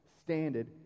standard